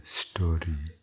story